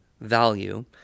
value